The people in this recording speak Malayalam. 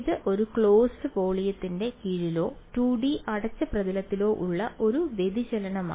ഇത് ഒരു ക്ലോസ്ഡ് വോളിയത്തിന് കീഴിലോ 2D അടച്ച പ്രതലത്തിലോ ഉള്ള ഒരു വ്യതിചലനമാണ്